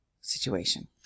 situation